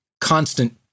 constant